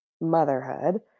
motherhood